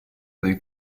dei